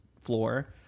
floor